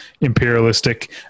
imperialistic